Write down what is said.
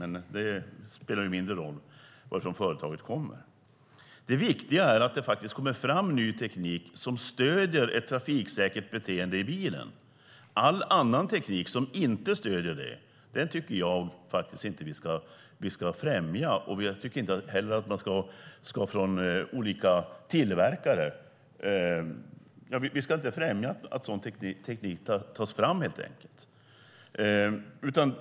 Men det spelar mindre roll varifrån företaget kommer. Det viktiga är att det kommer fram ny teknik som stöder ett trafiksäkert beteende i bilen. All annan teknik som inte stöder det ska vi inte främja. Vi ska helt enkelt inte främja att sådan teknik tas fram från olika tillverkare.